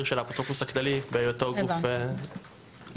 של האפוטרופוס הכללי בהיותו גוף עצמאי.